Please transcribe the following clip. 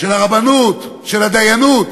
של הרבנות, של הדיינות,